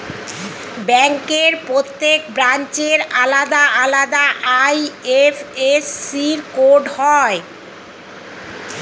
ব্যাংকের প্রত্যেক ব্রাঞ্চের আলাদা আলাদা আই.এফ.এস.সি কোড হয়